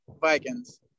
Vikings